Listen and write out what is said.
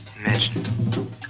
Imagine